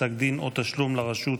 פסק דין או תשלום לרשות),